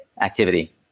activity